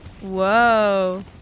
Whoa